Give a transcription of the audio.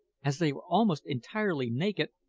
as they were almost entirely naked,